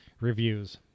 reviews